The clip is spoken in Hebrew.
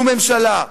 שום ממשלה,